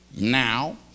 Now